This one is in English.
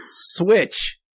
switch